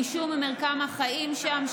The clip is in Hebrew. משום מרקם החיים שם,